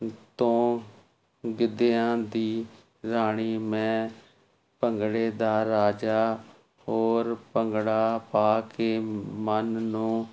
ਤੂੰ ਗਿੱਧਿਆਂ ਦੀ ਰਾਣੀ ਮੈਂ ਭੰਗੜੇ ਦਾ ਰਾਜਾ ਹੋਰ ਭੰਗੜਾ ਪਾ ਕੇ ਮਨ ਨੂੰ